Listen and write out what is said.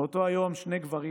באותו היום שני גברים,